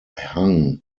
hang